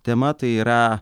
tema tai yra